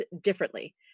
differently